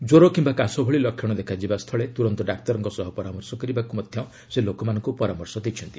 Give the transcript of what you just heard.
କ୍ୱର କିୟା କାଶ ଭଳି ଲକ୍ଷଣ ଦେଖାଯିବା ସ୍ଥୁଳେ ତୁରନ୍ତ ଡାକ୍ତରଙ୍କ ସହ ପରାମର୍ଶ କରିବାକୁ ମଧ୍ୟ ସେ ଲୋକମାନଙ୍କୁ ପରାମର୍ଶ ଦେଇଛନ୍ତି